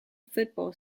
football